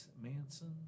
Manson